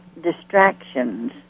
distractions